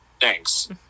thanks